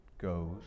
goes